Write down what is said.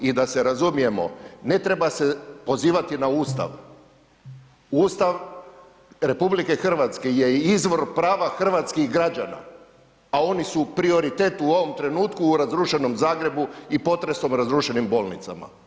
I da se razumijemo, ne treba se pozivati na Ustav, Ustav RH je izvor prava hrvatskih građana, a oni su prioritet u ovom trenutku u razrušenom Zagrebu i potresom razrušenim bolnicama.